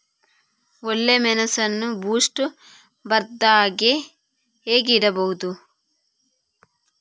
ಒಳ್ಳೆಮೆಣಸನ್ನು ಬೂಸ್ಟ್ ಬರ್ದಹಾಗೆ ಹೇಗೆ ಇಡಬಹುದು?